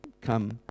come